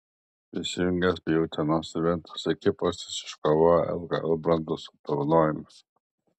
prisijungęs prie utenos juventus ekipos jis iškovojo lkl bronzos apdovanojimus